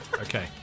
okay